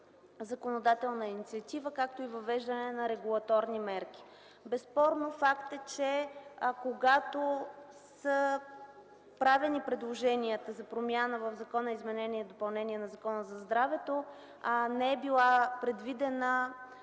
законодателна инициатива, както и въвеждане на регулаторни мерки. Безспорен факт е, че когато са правени предложенията за промяна в Законопроекта за изменение и допълнение на Закона за здравето, не е била предвидена